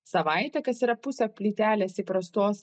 savaitę kas yra pusė plytelės įprastos